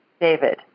David